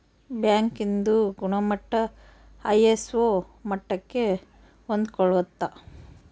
bank ಇಂದು ಗುಣಮಟ್ಟ ISO ಮಟ್ಟಕ್ಕೆ ಹೊಂದ್ಕೊಳ್ಳುತ್ತ